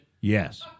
Yes